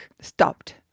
stopped